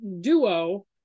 duo